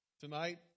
Tonight